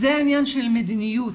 זה עניין של מדיניות,